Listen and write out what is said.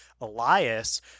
Elias